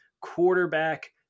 quarterback